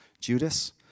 Judas